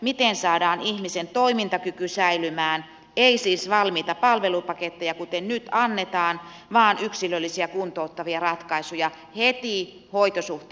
miten saadaan ihmisen toimintakyky säilymään ei siis valmiita palvelupaketteja kuten nyt annetaan vaan yksilöllisiä kuntouttavia ratkaisuja heti hoitosuhteen alusta alkaen